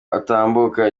atambuka